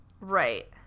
Right